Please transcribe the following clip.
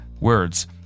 words